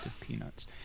peanuts